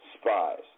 spies